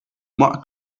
more